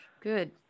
Good